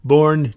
Born